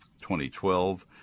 2012